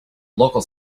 locals